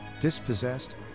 dispossessed